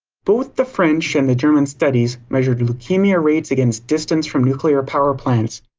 both the french and german studies measured leukemia rates against distance from nuclear power plants.